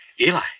Eli